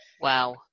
Wow